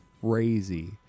crazy